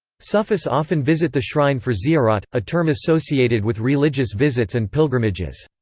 sufis often visit the shrine for ziyarat, a term associated with religious visits and pilgrimages.